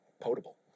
potable